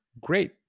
great